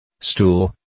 Stool